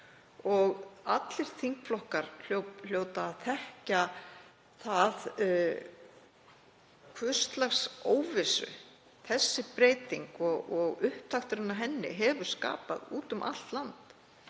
Allir þingflokkar hljóta að þekkja það hvers lags óvissu þessi breyting og upptakturinn að henni hefur skapað úti um allt land.